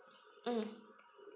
mm